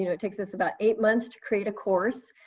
you know it takes us about eight months to create a course.